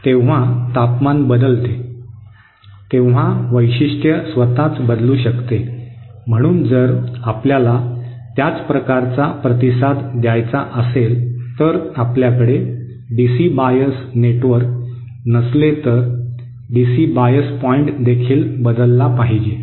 जेव्हा तापमान बदलते तेव्हा वैशिष्ट्य स्वतःच बदलू शकते म्हणूनच जर आपल्याला त्याच प्रकारचा प्रतिसाद द्यायचा असेल तर आपल्याकडे डीसी बायस नेटवर्क नसले तर डीसी बायस पॉईंट देखील बदलला पाहिजे